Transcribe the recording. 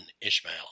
Ishmael